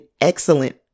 excellent